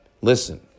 Listen